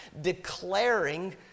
declaring